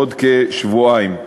בעוד כשבועיים.